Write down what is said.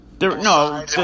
no